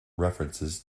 references